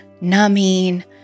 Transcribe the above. numbing